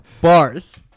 Bars